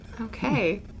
Okay